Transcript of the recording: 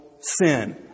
sin